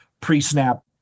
pre-snap